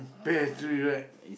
battery right